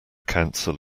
counsel